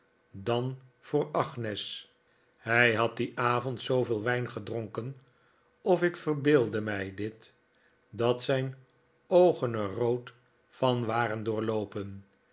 dan voor agnes hij had dien avond zooveel wijn gedronken of ik verbeeldde mij dit dat zijn oogen er rood van waren doorloopen